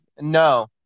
No